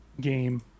game